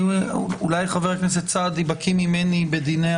אולי חבר הכנסת סעדי בקיא ממני בדיני